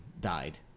Died